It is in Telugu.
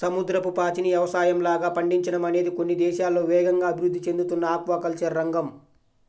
సముద్రపు పాచిని యవసాయంలాగా పండించడం అనేది కొన్ని దేశాల్లో వేగంగా అభివృద్ధి చెందుతున్న ఆక్వాకల్చర్ రంగం